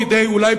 כדי אולי,